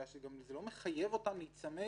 אלא שזה גם לא מחייב אותם להיצמד